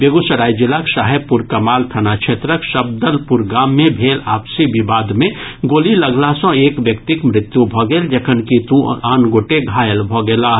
बेगूसराय जिलाक साहेबपुर कमाल थाना क्षेत्रक सबदलपुर गाम मे भेल आपसी विवाद मे गोली लगला सॅ एक व्यक्तिक मृत्यु भऽ गेल जखनकि दू आन गोटे घायल भऽ गेलाह